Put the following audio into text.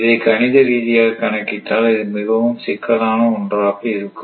இதைக் கணித ரீதியாக கணக்கிட்டால் அது மிகவும் சிக்கலான ஒன்றாக இருக்கும்